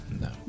no